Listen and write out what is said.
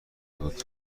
بود